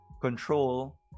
control